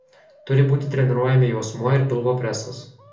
turi būti treniruojami juosmuo ir pilvo presas